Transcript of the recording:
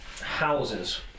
Houses